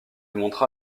montra